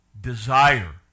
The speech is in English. desire